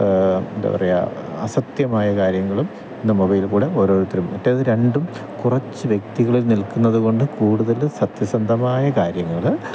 എന്താ പറയുക അസത്യമായ കാര്യങ്ങളും ഇന്ന് മൊബൈലിൽ കൂടെ ഓരോരുത്തരും മറ്റേത് രണ്ടും കുറച്ച് വ്യക്തികളിൽ നിൽക്കുന്നത് കൊണ്ട് കൂടുതല് സത്യസന്ധമായ കാര്യങ്ങള്